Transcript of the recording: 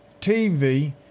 TV